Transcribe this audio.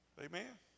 Amen